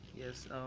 yes